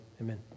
Amen